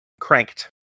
Cranked